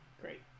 Great